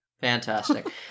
Fantastic